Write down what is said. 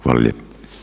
Hvala lijepa.